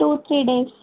two three days